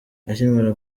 akimara